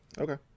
Okay